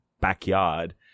backyard